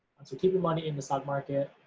and so keep your money in the stock market,